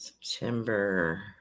September